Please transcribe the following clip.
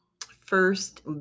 first